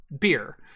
beer